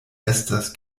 estas